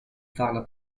farla